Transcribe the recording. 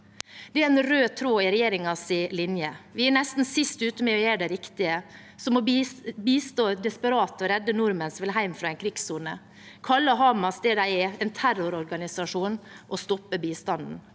Det er en rød tråd i regjeringens linje. Vi er nesten sist ute med å gjøre det riktige, som å bistå desperate og redde nordmenn som vil hjem fra en krigssone, kalle Hamas det de er – en terrororganisasjon – og stoppe bistanden.